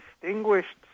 distinguished